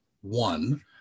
one